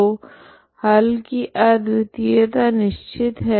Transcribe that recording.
तो हल की अद्वितीयता निश्चित है